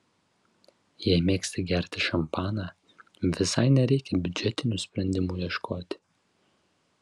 jei mėgsti gerti šampaną visai nereikia biudžetinių sprendimų ieškoti